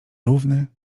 równy